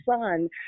son